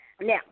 Now